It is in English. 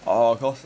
oh cause